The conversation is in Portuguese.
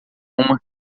uma